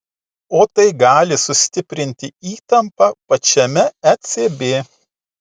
o tai gali sustiprinti įtampą pačiame ecb